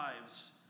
lives